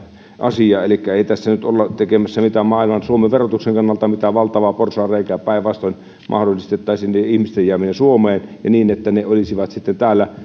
asia elikkä ei tässä nyt olla tekemässä suomen verotuksen kannalta mitään valtavaa porsaanreikää päinvastoin mahdollistettaisiin niiden ihmisten jääminen suomeen niin että he olisivat sitten täällä